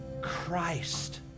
Christ